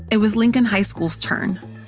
it was lincoln high school's turn.